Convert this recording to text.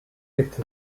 its